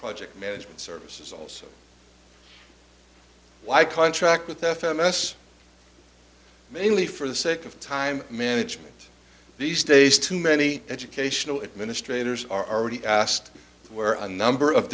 project management services also why contract with f m s mainly for the sake of time management these days too many educational administrators are already asked where a number of